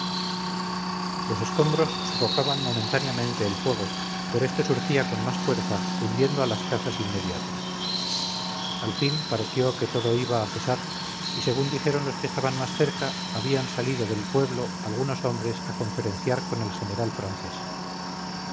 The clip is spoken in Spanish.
los escombros sofocaban momentáneamente el fuego pero este surgía con más fuerza cundiendo a las casas inmediatas al fin pareció que todo iba a cesar y según dijeron los que estaban más cerca habían salido del pueblo algunos hombres a conferenciar con el general francés